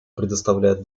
предоставляет